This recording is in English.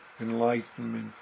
enlightenment